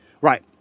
Right